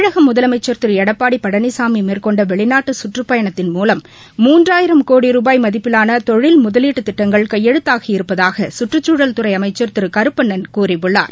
தமிழக முதலமைச்சர் திரு எடப்பாடி பழனிசாமி மேற்கொண்ட வெளிநாட்டு சுற்றுப் பயணத்தின் முவம் மூன்றாயிரம் கோடி ருபாய் மதிப்பிலான தொழில் முதலீட்டு திட்டங்கள் கையெழுத்தாகி இருப்பதாக கற்றுச்சூழல் துறை அமைச்சர் திரு கருப்பண்ணன் கூறியுள்ளார்